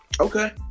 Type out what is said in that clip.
Okay